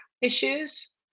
issues